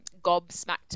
gobsmacked